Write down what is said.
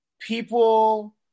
people